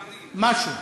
משהו.